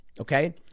okay